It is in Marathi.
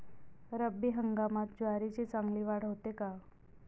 रब्बी हंगामात ज्वारीची चांगली वाढ होते का?